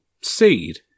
seed